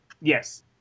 Yes